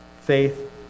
faith